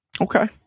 Okay